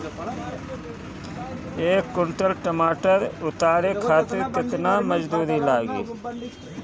एक कुंटल टमाटर उतारे खातिर केतना मजदूरी लागी?